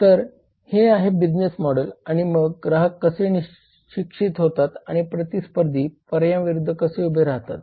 तर हे आहे बिझनेस मॉडेल आणि मग ग्राहक कसे शिक्षित होतात आणि प्रतिस्पर्धी पर्यायांविरुद्ध कसे उभे राहतात